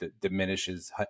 diminishes